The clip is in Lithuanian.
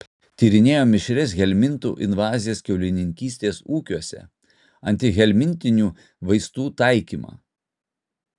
tyrinėjo mišrias helmintų invazijas kiaulininkystės ūkiuose antihelmintinių vaistų taikymą